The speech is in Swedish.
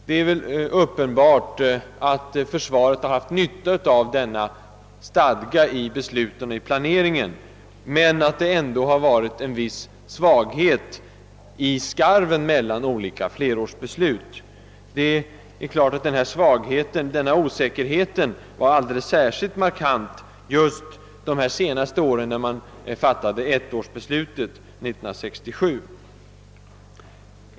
Det är väl uppenbart att försvaret vid planeringen haft nytta av denna stadga i besluten, men att det ändå har förelegat en viss svaghet i skarven mellan olika flerårsbeslut. Det är klart att denna osäkerhet varit alldeles särskilt markant just under de senaste åren sedan man fattat ettårsbeslutet år 1967.